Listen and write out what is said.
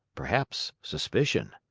perhaps suspicion.